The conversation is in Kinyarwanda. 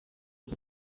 z’u